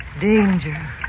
Danger